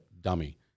dummy